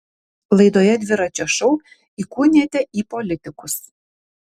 laidoje dviračio šou įkūnijate į politikus